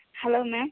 hello ma'am